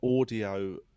audio